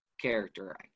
character